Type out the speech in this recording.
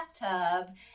bathtub